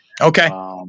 okay